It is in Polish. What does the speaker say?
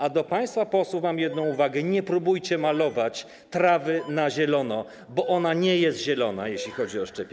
A do państwa posłów mam jedną uwagę: nie próbujcie malować trawy na zielono, bo ona nie jest zielona, jeśli chodzi o szczepienia.